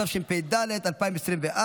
התשפ"ד 2024,